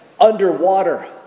underwater